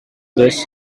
this